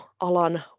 Alan